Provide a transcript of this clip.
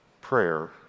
Prayer